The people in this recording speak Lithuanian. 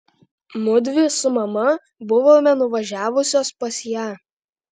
mudvi su mama buvome nuvažiavusios pas ją